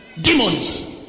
demons